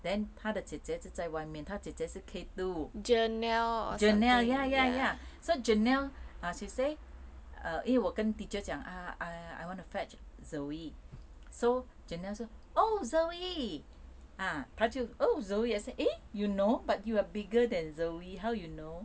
then 他的姐姐就在外面他姐姐是 K two janelle ya ya ya so janelle ah she say err 因为我跟 teacher 讲 err I I want to fetch zoe so janelle 说 oh zoe ah 他就 oh zoe I say eh you know but you are bigger than zoe how you know